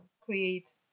create